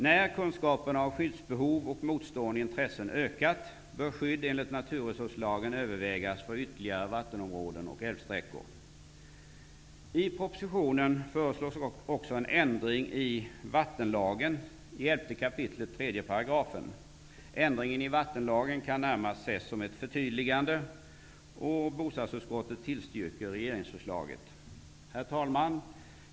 När kunskaperna om skyddsbehov och motstående intressen ökat bör skydd enligt naturresurslagen övervägas för ytterligare vattenområden och älvsträckor. I propositionen föreslås också en ändring i vattenlagens 11 kap. 3 §. Ändringen i vattenlagen kan närmast ses som ett förtydligande. Herr talman!